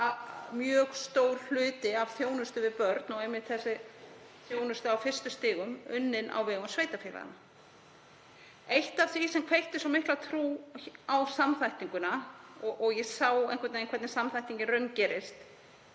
mjög stór hluti af þjónustu við börn, og einmitt þessi þjónusta á fyrstu stigum, unninn á vegum sveitarfélaganna. Eitt af því sem kveikti svo mikla trú á samþættinguna, og ég sá einhvern veginn hvernig hún raungerist